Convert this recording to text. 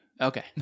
Okay